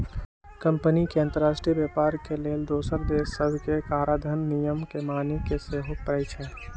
company के अंतरराष्ट्रीय व्यापार लेल दोसर देश सभके कराधान नियम के माने के सेहो परै छै